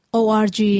org